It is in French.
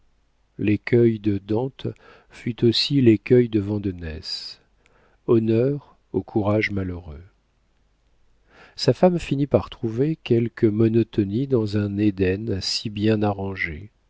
l'écueil de dante fut aussi l'écueil de vandenesse honneur au courage malheureux sa femme finit par trouver quelque monotonie dans un éden si bien arrangé